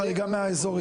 בחריגה מהאזורים.